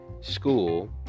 school